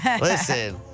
Listen